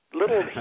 little